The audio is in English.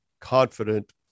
confident